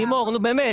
לימור, נו, באמת.